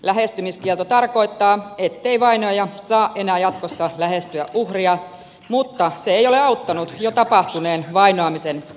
lähestymiskielto tarkoittaa ettei vainoaja saa enää jatkossa lähestyä uhria mutta se ei ole auttanut jo tapahtuneen vainoamisen tuomitsemiseen